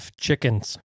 Chickens